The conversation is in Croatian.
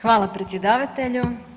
Hvala predsjedavatelju.